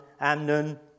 Amnon